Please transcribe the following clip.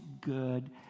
good